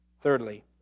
Thirdly